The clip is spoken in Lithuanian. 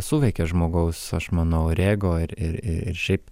suveikė žmogaus aš manau ir ego ir ir ir šiaip